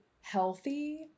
healthy